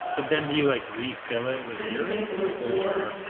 but then do you like refill it with urine or